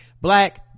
black